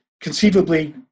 conceivably